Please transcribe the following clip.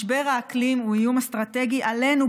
משבר האקלים הוא איום אסטרטגי עלינו,